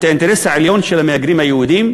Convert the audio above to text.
האינטרס העליון של המהגרים היהודים,